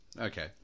Okay